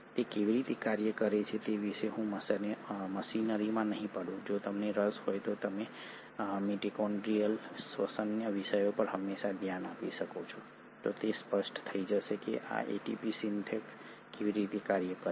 તે કેવી રીતે કાર્ય કરે છે તે વિશે હું મશીનરીમાં નહીં પડું જો તમને રસ હોય તો તમે મિટોકોન્ડ્રિઅલ શ્વસનના વિષયો પર હંમેશાં ધ્યાન આપી શકો છો તો તે સ્પષ્ટ થઈ જશે કે આ એટીપી સિન્થેસ કેવી રીતે કાર્ય કરે છે